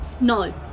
No